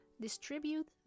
Distribute